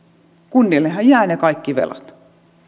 kunnillehan jäävät ne kaikki velat